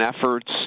efforts